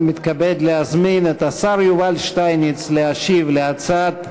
אני מתכבד להזמין את השר יובל שטייניץ להשיב על הצעת,